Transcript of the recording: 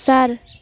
चार